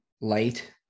light